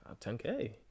10K